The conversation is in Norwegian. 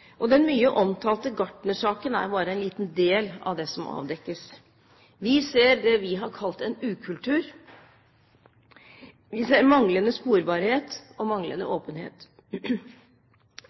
økonomi. Den mye omtalte gartnersaken er bare en liten del av det som avdekkes. Vi ser det vi har kalt en ukultur. Vi ser manglende sporbarhet og manglende åpenhet.